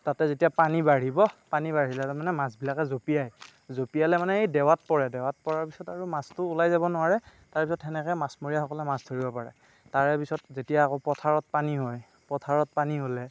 তাতে যেতিয়া পানী বাঢ়িব পানী বাঢ়িলে তাৰমানে মাছবোৰ জঁপিয়াই জঁপিয়ালে মানে সেই দেৱাত পৰে দেৱাত পৰাৰ পিছত মাছবোৰ ওলাই যাব নোৱাৰে তাৰপিছত সেনেকৈ মাছমৰীয়াসকলে মাছ ধৰিব পাৰে তাৰে পিছত যেতিয়া আকৌ পথাৰত পানী হয় পথাৰত পানী হ'লে